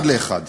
אחד לאחד.